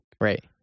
right